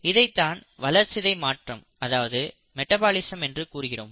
இதைத்தான் வளர்சிதைமாற்றம் அதாவது மெடபாலிசம் என்று கூறுகிறோம்